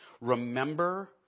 Remember